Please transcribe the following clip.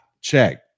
check